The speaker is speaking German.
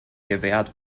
gewährt